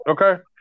Okay